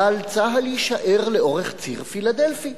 אבל צה"ל יישאר לאורך ציר פילדלפי,